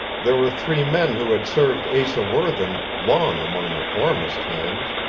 there were three men who had served asa worthen long among the foremast hands.